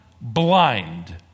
blind